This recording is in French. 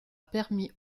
permis